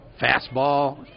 Fastball